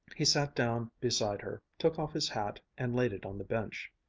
he sat down beside her, took off his hat, and laid it on the bench.